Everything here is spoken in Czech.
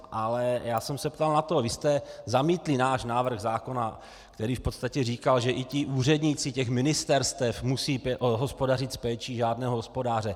Ale já jsem se ptal na to vy jste zamítli náš návrh zákona, který v podstatě říkal, že i ti úředníci těch ministerstev musí hospodařit s péčí řádného hospodáře.